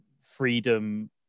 freedom